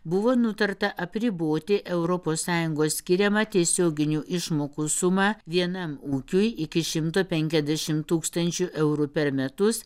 buvo nutarta apriboti europos sąjungos skiriamą tiesioginių išmokų sumą vienam ūkiui iki šimto penkiasdešim tūkstančių eurų per metus